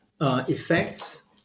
effects